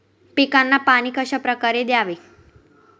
पिकांना पाणी कशाप्रकारे द्यावे?